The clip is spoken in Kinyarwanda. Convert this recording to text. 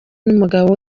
n’umugabo